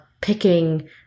picking